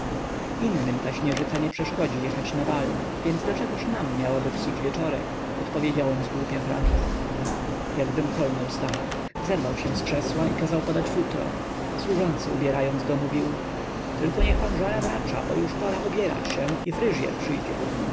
innym ta śnieżyca nie przeszkodzi jechać na bal więc dlaczegoż nam miałaby psuć wieczorek odpowiedziałem zgłupia frant jakbym kolnął stacha zerwał się z krzesła i kazał podać futro służący ubierając go mówił tylko niech pan żara wracza bo już pora ubierać się i fryżyer przyjdzie